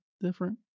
different